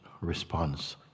response